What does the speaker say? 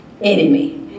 enemy